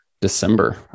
December